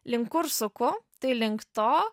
link kur suku tai link to